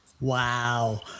Wow